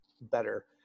better